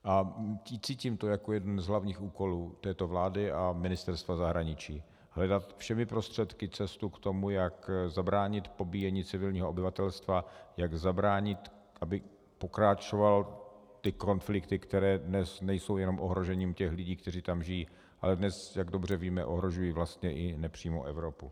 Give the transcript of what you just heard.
A cítím to jako jeden z hlavních úkolů této vlády a Ministerstva zahraničí hledat všemi prostředky cestu, jak zabránit pobíjení civilního obyvatelstva, jak zabránit, aby pokračovaly ty konflikty, které dnes nejsou jenom ohrožením těch lidí, kteří tam žijí, ale dnes, jak dobře víme, ohrožují vlastně i nepřímo Evropu.